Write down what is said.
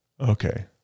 Okay